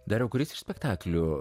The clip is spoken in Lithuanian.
dariau kuris iš spektaklių